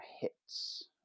hits